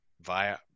via